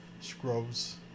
Scrubs